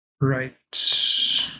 Right